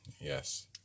yes